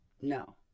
No